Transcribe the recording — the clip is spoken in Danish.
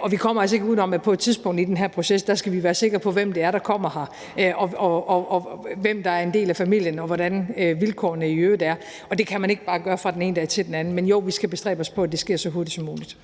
Og vi kommer altså ikke uden om, at vi på et tidspunkt i den her proces skal være sikre på, hvem det er, der kommer hertil, hvem der er en del af familien, og hvordan vilkårene i øvrigt er, og det kan man ikke bare gøre fra den ene dag til den anden. Men jo, vi skal bestræbe os på, at det sker så hurtigt som muligt.